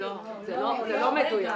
לא, לא, זה לא מדויק.